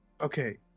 Okay